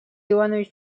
иванович